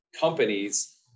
companies